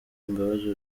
imbabazi